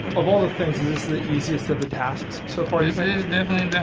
of all the things, is this the easiest of the tasks so far? this is definitely the